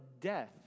death